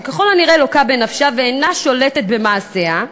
שככל הנראה לוקה בנפשה ואינה שולטת במעשיה.